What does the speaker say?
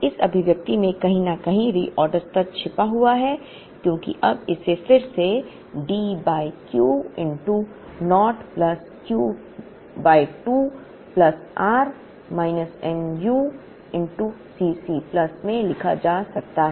इस अभिव्यक्ति में कहीं न कहीं रिऑर्डर स्तर छिपा हुआ है क्योंकि अब इसे फिर से D by Q naught plus Q by 2 plus r minus mu cc plus में लिखा जा सकता है